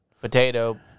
Potato